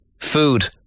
Food